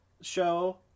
show